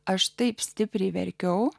aš taip stipriai verkiau